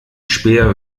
späher